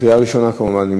קריאה ראשונה כמובן.